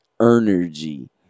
energy